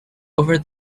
over